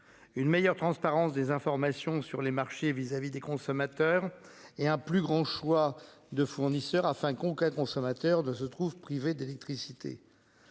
Une meilleure transparence des informations sur les marchés vis-à-vis des consommateurs. Et un plus grand choix de fournisseurs afin on consommateur de se trouvent privés d'électricité.